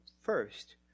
first